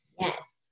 Yes